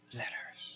letters